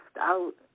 out